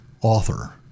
author